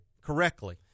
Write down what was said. correctly